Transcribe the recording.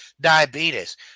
diabetes